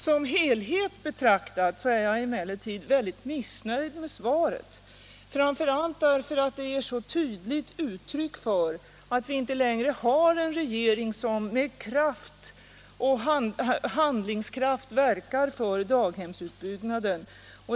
Som helhet betraktat är jag emellertid mycket missnöjd med svaret, framför allt därför att det ger så tydligt uttryck för att vi inte längre har en regering som med kraft och handlingsförmåga verkar för barnomsorgsutbyggnaden.